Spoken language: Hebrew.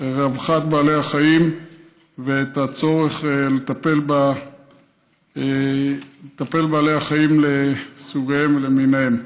רווחת בעלי החיים ואת הצורך לטפל בבעלי החיים לסוגיהם ולמיניהם.